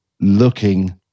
looking